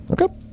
Okay